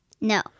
No